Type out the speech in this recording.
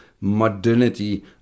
modernity